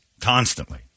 constantly